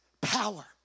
power